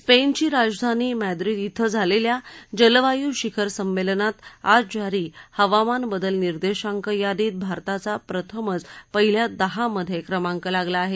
स्पेनची राजधानी मॅद्रिद श्वे झालेल्या जलवायू शिखर संमेलनात आज जारी हवामान बदल निर्देशांक यादीत भारताचा प्रथमच पहिल्या दहामधे क्रमांक लागला आहे